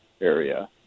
area